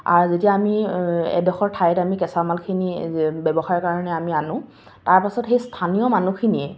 আৰু যেতিয়া আমি এডোখৰ ঠাইত আমি কেঁচামালখিনি ব্যৱসায়ৰ কাৰণে আমি আনোঁ তাৰপাছত সেই স্থানীয় মানুহখিনিয়ে